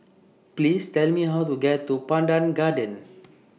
Please Tell Me How to get to Pandan Gardens